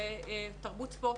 ספורט,